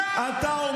אתה תתבייש לך.